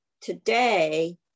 today